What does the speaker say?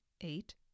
eight